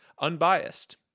Unbiased